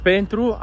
Pentru